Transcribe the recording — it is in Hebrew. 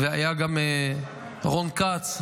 והיה גם רון כץ,